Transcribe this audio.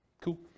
Cool